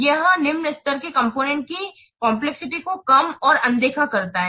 यह निम्न स्तर के कॉम्पोनेन्ट की जटिलता को कम और अनदेखा करता है